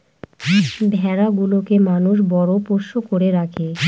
ভেড়া গুলোকে মানুষ বড় পোষ্য করে রাখে